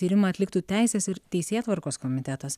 tyrimą atliktų teisės ir teisėtvarkos komitetas